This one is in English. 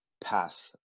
path